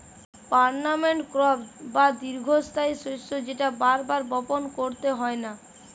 permanent crop বা দীর্ঘস্থায়ী শস্য যেটা বার বার বপণ কইরতে হয় নাই